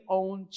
own